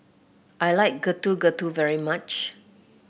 I like Getuk Getuk very much